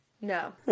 no